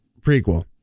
prequel